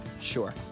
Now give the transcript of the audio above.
Sure